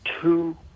two